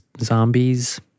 zombies